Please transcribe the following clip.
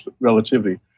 relativity